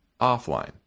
offline